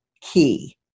key